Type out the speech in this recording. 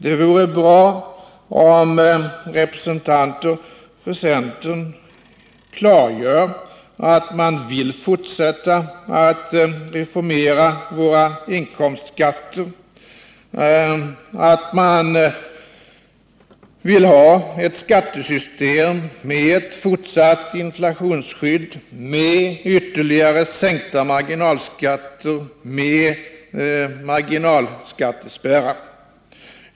Det vore bra om representanter för centern klargör att man vill fortsätta att reformera våra inkomstskatter och att man vill ha ett skattesystem med ett fortsatt inflationsskydd, med ytterligare sänkta marginalskatter, med marginalskattespärrar.